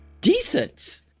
Decent